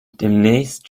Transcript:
demnächst